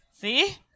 See